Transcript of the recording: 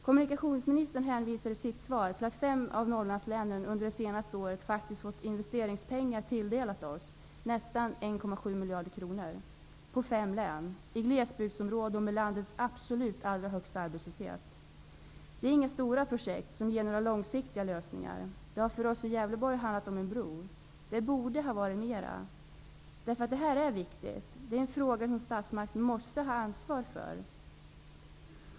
Kommunikationsministern hänvisar i sitt svar till att fem av Norrlandslänen under det senaste året faktiskt har fått sig tilldelat investeringspengar, nästan 1,7 miljarder kronor, fördelat alltså på fem län, i glesbygdsområde och med landets absolut allra högsta arbetslöshet. Det handlar inte om några stora projekt, som ger långsiktiga lösningar. För oss i Gävleborg har det handlat om en bro. Det borde ha varit mer, för detta är viktigt. Det är en fråga som statsmakten måste ha ansvar för.